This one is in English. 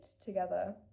together